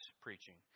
preaching